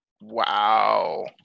Wow